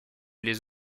les